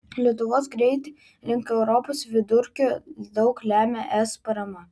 lietuvos greitį link europos vidurkio daug lemia es parama